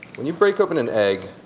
when you break open an egg,